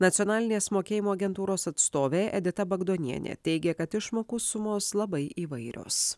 nacionalinės mokėjimo agentūros atstovė edita bagdonienė teigia kad išmokų sumos labai įvairios